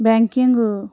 banking